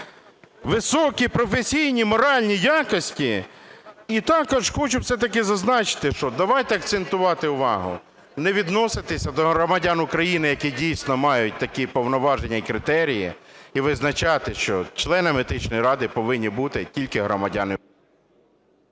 високі професійні, моральні якості. І також хочу все-таки зазначити, що давайте акцентувати увагу, не відноситися до громадян України, які дійсно мають такі повноваження і критерії, і визначати, що членами Етичної ради повинні бути тільки громадяни…